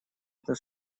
это